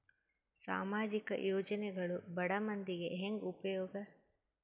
ಸಾಮಾಜಿಕ ಯೋಜನೆಗಳು ಬಡ ಮಂದಿಗೆ ಹೆಂಗ್ ಉಪಯೋಗ?